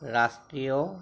ৰাষ্ট্ৰীয়